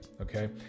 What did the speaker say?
okay